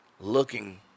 looking